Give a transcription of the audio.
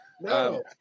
No